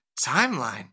timeline